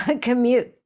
commute